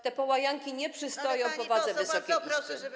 Te połajanki nie przystoją powadze Wysokiej Izby.